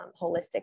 holistic